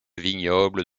vignobles